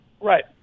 Right